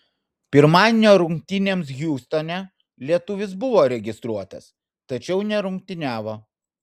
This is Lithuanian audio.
pirmadienio rungtynėms hjustone lietuvis buvo registruotas tačiau nerungtyniavo